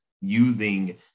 using